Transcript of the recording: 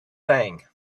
saying